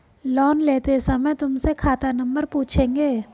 loan लेते समय तुमसे खाता नंबर पूछेंगे